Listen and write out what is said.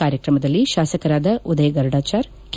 ಕಾರ್ಯಕ್ರಮದಲ್ಲಿ ಶಾಸಕರಾದ ಉದಯ ಗರುಡಚಾರ್ ಕೆ